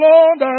Lord